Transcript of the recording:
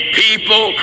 people